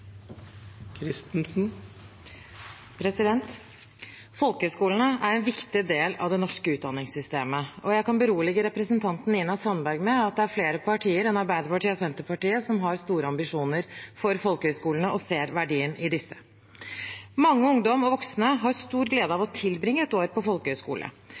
Sandberg med at det er flere partier enn Arbeiderpartiet og Senterpartiet som har store ambisjoner for folkehøyskolene og ser verdien i disse. Mange ungdommer og voksne har stor glede av å tilbringe et år på